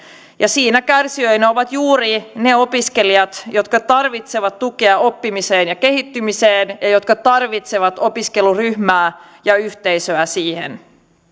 ja siinä kärsijöinä ovat juuri ne opiskelijat jotka tarvitsevat tukea oppimiseen ja kehittymiseen ja jotka tarvitsevat siihen opiskeluryhmää ja yhteisöä